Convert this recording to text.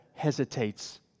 hesitates